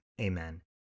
Amen